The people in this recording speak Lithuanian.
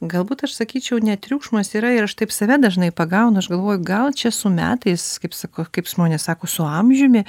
galbūt aš sakyčiau ne triukšmas yra ir aš taip save dažnai pagaunu aš galvoju gal čia su metais kaip sako kaip žmonės sako su amžiumi